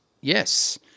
Yes